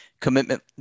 Commitment